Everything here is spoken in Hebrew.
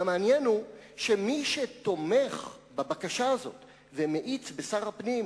המעניין הוא שמי שתומך בבקשה הזאת ומאיץ בשר הפנים